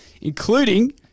including